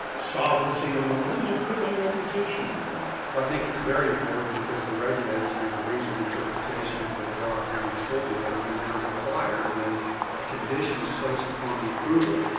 solvency on the line, i put my reputation on the line. duggan well, i think it's very important, because the regulators made a reasonable interpretation under their broad grant of authority that when they're required, when a condition is placed upon the approval,